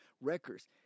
records